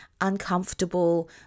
uncomfortable